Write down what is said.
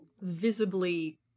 visibly